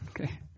Okay